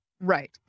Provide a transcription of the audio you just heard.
Right